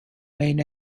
main